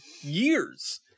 years